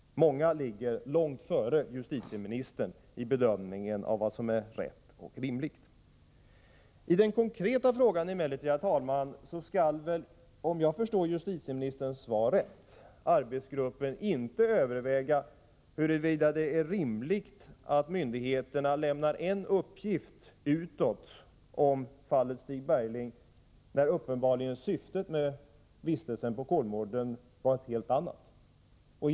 Många ligger långt före justitieministern i bedömningen av vad som är rätt och rimligt. Herr talman! I den konkreta frågan skall emellertid — om jag förstår justitieministerns svar rätt — arbetsgruppen inte överväga huruvida det är rimligt att myndigheterna lämnar en uppgift utåt om fallet Stig Bergling, när uppenbarligen syftet med vistelsen på Kolmården var ett helt annat än det som angavs.